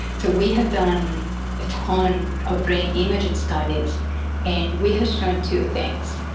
so, we have done a ton of brain imaging studies and we have shown two things.